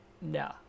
No